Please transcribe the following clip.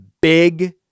big